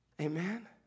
Amen